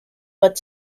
but